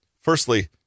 Firstly